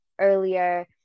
earlier